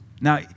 Now